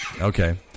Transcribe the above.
Okay